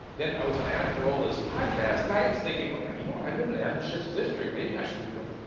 then i was on adam carolla's podcast and i was thinking, yeah you know what, i live in adam schiff's district. maybe i should go.